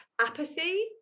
apathy